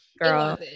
girl